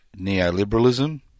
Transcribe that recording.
neoliberalism